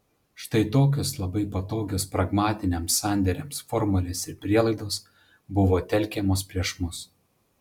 štai tokios labai patogios pragmatiniams sandėriams formulės ir prielaidos buvo telkiamos prieš mus